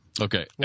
Okay